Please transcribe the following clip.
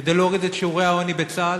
כדי להוריד את שיעורי העוני בצה"ל?